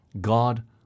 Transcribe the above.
God